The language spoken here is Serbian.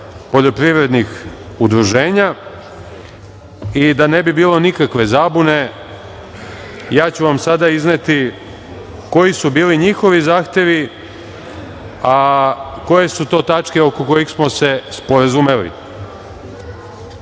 poljoprivrednih udruženja i, da ne bi bilo nikakve zabune, ja ću vam sada izneti koji su bili njihovi zahtevi a koje su to tačke oko kojih smo se sporazumeli. Dakle,